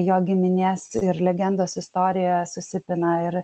jo giminės ir legendos istorijoje susipina ir